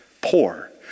Poor